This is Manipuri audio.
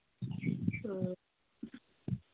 ꯑ